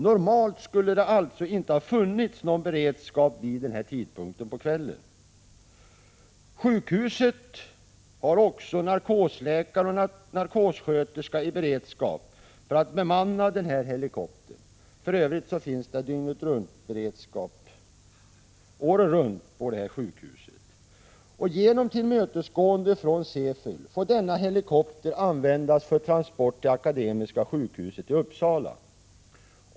Normalt skulle det inte ha funnits någon beredskap vid den tidpunkten på kvällen. Sjukhuset har också narkosläkare och narkossköterska i beredskap för att bemanna den här helikoptern. För övrigt finns det alltid dygnet-runt-beredskap på detta sjukhus. Genom tillmötesgående från CEFYL får denna helikopter användas för transport till Akademiska sjukhuset i Uppsala.